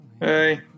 hey